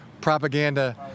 propaganda